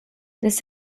this